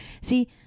see